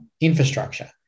infrastructure